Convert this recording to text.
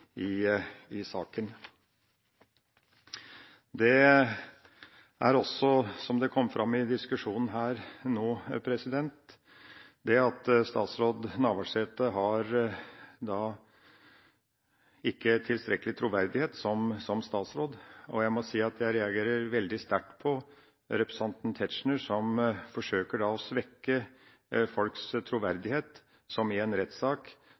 i saken. Det er også dette, som det kommer fram i diskusjonen her nå, at Navarsete ikke har hatt tilstrekkelig troverdighet som statsråd. Jeg må si jeg reagerer veldig sterkt på representanten Tetzschner, som forsøker å svekke folks troverdighet – som i en rettssak